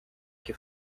que